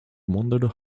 wondered